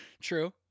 True